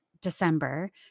December